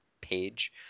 page